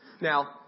Now